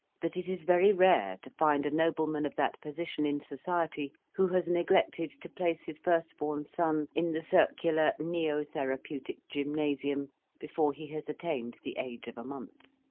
that it is very rare to find a nobleman of that position in society, who has neglected to place his first-born son in the circular neo-therapeutic gymnasium before he has attained the age of a month.